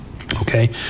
okay